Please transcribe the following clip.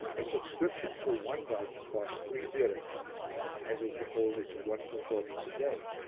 a subscription for one month costs three lire and entitles the holder to one performance a day,